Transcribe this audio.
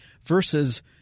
versus